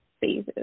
phases